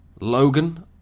Logan